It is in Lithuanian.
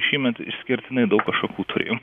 šiemet išskirtinai daug ašakų turėjau